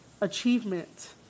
achievement